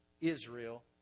Israel